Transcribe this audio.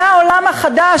זה העולם החדש,